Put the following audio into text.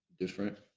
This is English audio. different